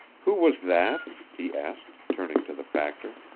who was that? he asked, turning to the factor.